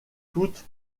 toutes